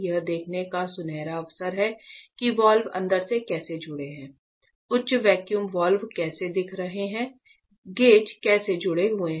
यह देखने का सुनहरा अवसर है कि वाल्व अंदर से कैसे जुड़े हैं उच्च वैक्यूम वाल्व कैसा दिख रहा है गेज कैसे जुड़े हुए हैं